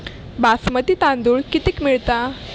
बासमती तांदूळ कितीक मिळता?